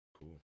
Cool